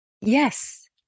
Yes